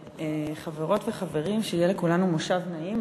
חברות וחברים, שיהיה לכולנו מושב נעים.